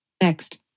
Next